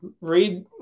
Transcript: Read